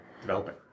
developing